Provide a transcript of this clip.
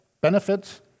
benefits